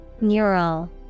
Neural